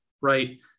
right